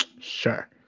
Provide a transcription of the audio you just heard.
sure